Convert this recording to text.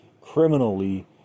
criminally